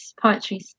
poetry